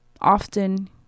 often